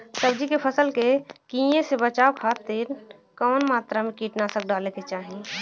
सब्जी के फसल के कियेसे बचाव खातिन कवन मात्रा में कीटनाशक डाले के चाही?